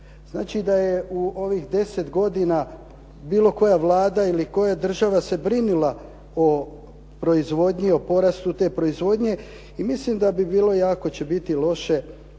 Znači da je u ovih 10 godina bilo koja Vlada ili koja država se brinula o proizvodnji, o porastu te proizvodne i milim da bi bilo jako će biti loše ako